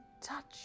touch